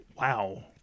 wow